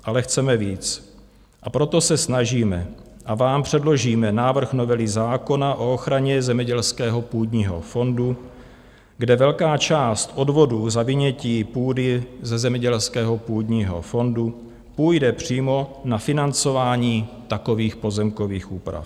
Ale chceme víc, a proto se snažíme a vám předložíme návrh novely zákona o ochraně zemědělského půdního fondu, kde velká část odvodů za vynětí půdy ze zemědělského půdního fondu půjde přímo na financování takových pozemkových úprav.